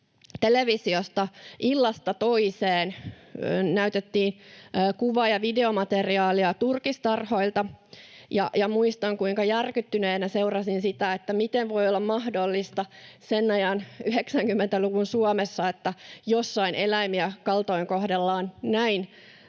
televisiosta illasta toiseen näytettiin kuva- ja videomateriaalia turkistarhoilta, muistan, kuinka järkyttyneenä seurasin sitä, miten voi olla mahdollista sen ajan, 90-luvun, Suomessa, että jossain eläimiä kaltoinkohdellaan näin